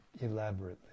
elaborately